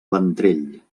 ventrell